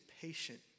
patient